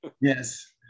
yes